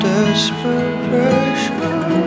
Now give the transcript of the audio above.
Desperation